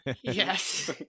Yes